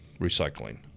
recycling